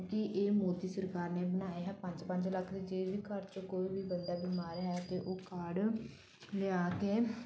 ਕਿਉਂਕਿ ਇਹ ਮੋਦੀ ਸਰਕਾਰ ਨੇ ਬਣਾਏ ਹੈ ਪੰਜ ਪੰਜ ਲੱਖ ਦੇ ਜਿਹਦੇ ਘਰ 'ਚ ਕੋਈ ਵੀ ਬੰਦਾ ਬਿਮਾਰ ਹੈ ਅਤੇ ਉਹ ਕਾਰਡ ਲਿਆ ਕੇ